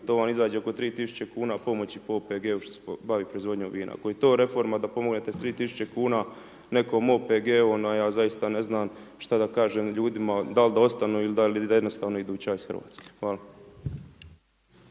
to vam izađe oko 3000 kuna pomoći po OPG-u koji se bavi proizvodnjom vinom. Ako je to reforma da pomognete s 3000 kuna nekom OPG-u onda ja zaista ne znam šta da kažem ljudima da li da ostanu ili da jednostavno idu ća iz Hrvatske. Hvala.